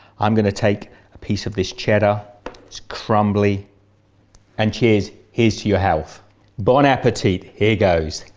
i'm going to take a piece of this cheddar it's crumbly and cheers here's to your health bon apetit here goes